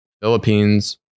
Philippines